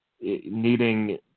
needing